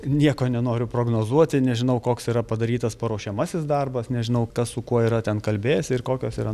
nieko nenoriu prognozuoti nežinau koks yra padarytas paruošiamasis darbas nežinau kas su kuo yra ten kalbėjęsi ir kokios yra